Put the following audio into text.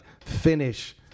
finish